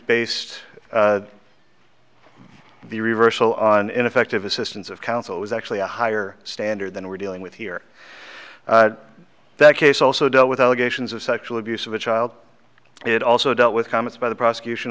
based the reversal on ineffective assistance of counsel was actually a higher standard than we're dealing with here that case also dealt with allegations of sexual abuse of a child it also dealt with comments by the prosecution